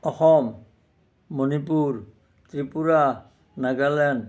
Assam Manipur Tripura Nagaland